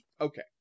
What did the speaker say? okay